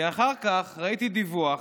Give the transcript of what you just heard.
כי אחר כך ראיתי דיווח